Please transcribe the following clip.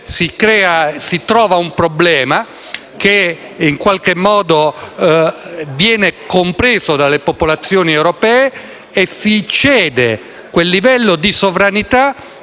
si trova un problema che in qualche modo viene compreso dalle popolazioni europee e si cede il livello di sovranità